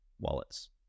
wallets